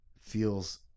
Feels